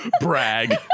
Brag